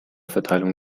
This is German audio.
verteilung